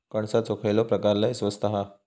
कणसाचो खयलो प्रकार लय स्वस्त हा?